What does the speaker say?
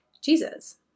Jesus